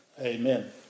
Amen